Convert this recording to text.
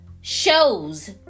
shows